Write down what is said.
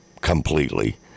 completely